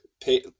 pay